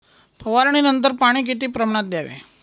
फवारणीनंतर पाणी किती प्रमाणात द्यावे?